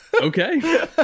okay